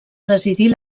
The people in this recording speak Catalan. presidir